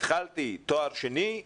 התחלתי תואר שני,